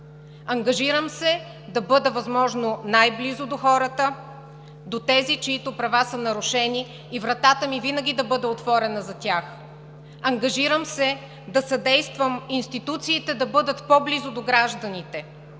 Ангажирам се да бъда възможно най-близо до хората, до тези, чиито права са нарушени, и вратата ми винаги да бъде отворена за тях. Ангажирам се да съдействам институциите да бъдат по-близо до гражданите,